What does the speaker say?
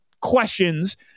questions